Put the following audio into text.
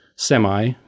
Semi